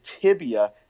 tibia